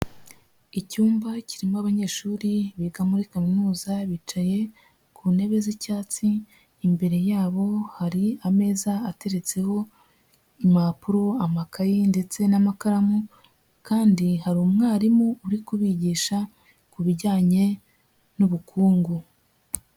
Icyumba kirimo abanyeshuri biga muri kaminuza bicaye ku ntebe z'icyatsi imbere yabo hari ameza ateretseho impapuro, amakayi ndetse n'amakaramu, kandi hari umwarimu uri kubigisha ku bijyanye n'ubukungu.